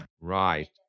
Right